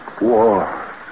war